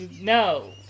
No